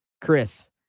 Chris